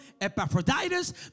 Epaphroditus